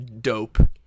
Dope